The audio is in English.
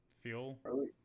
fuel